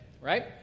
Right